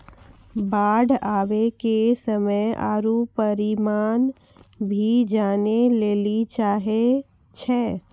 बाढ़ आवे के समय आरु परिमाण भी जाने लेली चाहेय छैय?